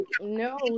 no